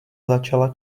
začala